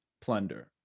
plunder